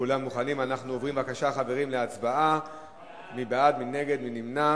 ההצעה להעביר